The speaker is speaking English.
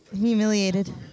Humiliated